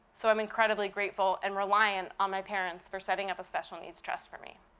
so i'm incredibly grateful and reliant on my parents for setting up a special needs trust for me.